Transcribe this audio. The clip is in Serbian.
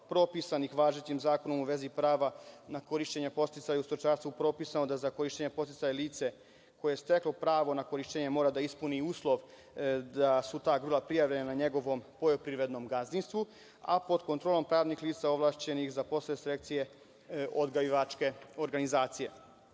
propisanih važećim zakonom u vezi prava na korišćenje podsticaja u stočarstvu, propisano da za korišćenje podsticaja lice koje je steklo pravo na korišćenje mora da ispuni uslov da se prijave na njegovom poljoprivrednom gazdinstvu, a pod kontrolom pravnih lica ovlašćenih za posao sekcije odgajivačke organizacije. Što